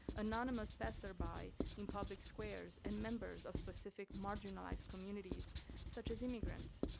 anonymous passerby in public squares, and members of specific marginalized communities such as immigrants.